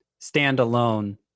standalone